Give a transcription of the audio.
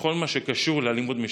בכל מה שקשור לאלימות משטרתית.